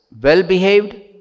well-behaved